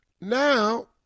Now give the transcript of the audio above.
Now